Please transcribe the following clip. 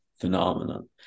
phenomenon